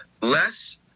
less